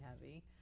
heavy